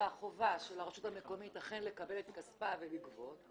והחובה של הרשות המקומית אכן לקבל את כספה ולגבות -- אני מסכים איתך.